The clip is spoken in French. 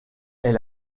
est